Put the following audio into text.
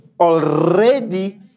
already